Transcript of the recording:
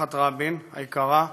משפחת רבין היקרה: